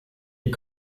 est